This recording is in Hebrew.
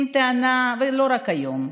ולא רק היום,